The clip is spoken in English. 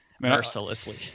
mercilessly